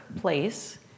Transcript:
place